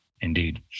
Indeed